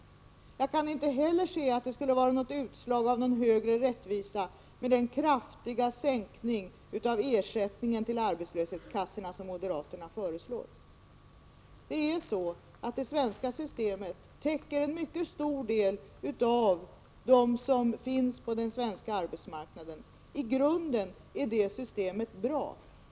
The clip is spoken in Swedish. Vidare kan jag inte se att det skulle vara ett utslag av någon högre rättvisa när det gäller den kraftiga sänkning av statsbidraget till arbetslöshetskassorna som moderaterna föreslår. Det är så att det svenska systemet täcker en mycket stor del av dem som finns på den svenska arbetsmarknaden. I grunden är det systemet bra.